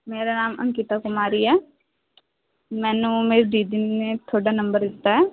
ਮੇਰਾ ਨਾਮ ਅੰਕਿਤਾ ਕੁਮਾਰੀ ਹੈ ਮੈਨੂੰ ਮੇਰੀ ਦੀਦੀ ਨੇ ਤੁਹਾਡਾ ਨੰਬਰ ਦਿੱਤਾ ਹੈ